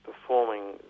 performing